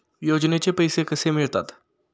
योजनेचे पैसे कसे मिळतात?